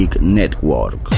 Network